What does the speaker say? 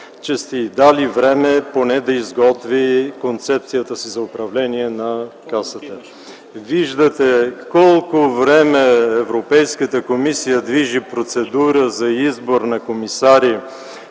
че сте й дали време поне да изготви концепцията си за управление на Касата. Виждате колко време Европейската комисия движи процедура за избор на комисари,